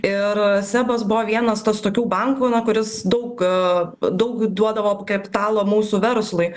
ir sebas buvo vienas tas tokių bankų na kuris daug daug duodavo kapitalo mūsų verslui